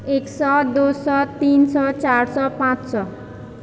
एक सए दू सए तीन सए चारि सए पांँच सए